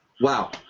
Wow